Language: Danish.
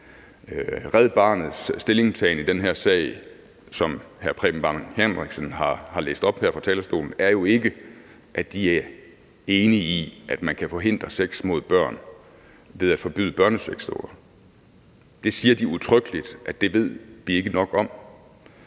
Red Barnets stillingtagen i den her sag, som hr. Preben Bang Henriksen har læst op her fra talerstolen, er jo ikke, at de er enige i, at man kan forhindre sex med børn ved at forbyde børnesexdukker. De siger udtrykkeligt, at det ved vi ikke nok om.